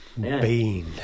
Bean